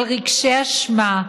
על רגשי אשמה,